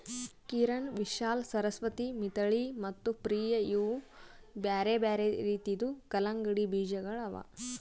ಕಿರಣ್, ವಿಶಾಲಾ, ಸರಸ್ವತಿ, ಮಿಥಿಳಿ ಮತ್ತ ಪ್ರಿಯ ಇವು ಬ್ಯಾರೆ ಬ್ಯಾರೆ ರೀತಿದು ಕಲಂಗಡಿ ಬೀಜಗೊಳ್ ಅವಾ